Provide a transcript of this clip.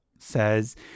says